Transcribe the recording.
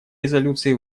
резолюции